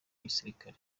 gisirikare